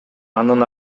андан